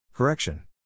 Correction